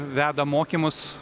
veda mokymus